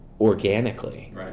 organically